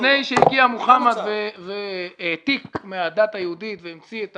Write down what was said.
לפני שהגיע מוחמד והעתיק מהדת היהודית והמציא את